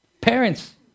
Parents